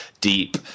deep